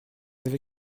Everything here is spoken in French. avez